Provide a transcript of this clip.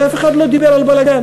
ואף אחד לא דיבר על בלגן.